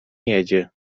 jedzie